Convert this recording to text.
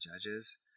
judges